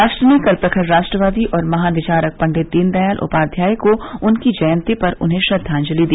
राष्ट्र ने कल प्रखर राष्ट्रवादी और महान विचारक पंडित दीनदयाल उपाध्याय को उनकी जयंती पर उन्हें श्रद्वांजलि दिया